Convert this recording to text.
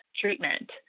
treatment